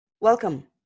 Welcome